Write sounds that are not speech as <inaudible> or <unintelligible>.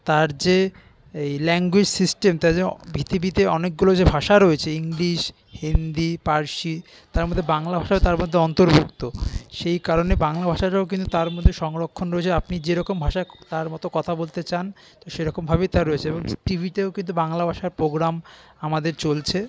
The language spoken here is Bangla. তার যে এই ল্যাঙ্গুয়েজ সিস্টেম তার যে পৃথিবীতে অনেকগুলো যে ভাষা রয়েছে ইংলিশ হিন্দি ফারসি তার মধ্যে বাংলা ভাষাও তার মধ্যে অন্তর্ভুক্ত সেই কারণে বাংলা ভাষাটাও কিন্তু তার মধ্যে সংরক্ষণ রয়েছে আপনি যেরকম ভাষায় তার মতো কথা বলতে চান তো সেরকমভাবেই তা রয়েছে এবং <unintelligible> টিভিতেও কিন্তু বাংলা ভাষার প্রোগ্রাম আমাদের চলছে